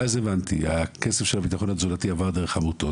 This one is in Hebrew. ואז הבנתי: הכסף של הביטחון התזונתי עבר דרך עמותות,